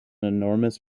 enormous